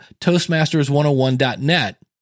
Toastmasters101.net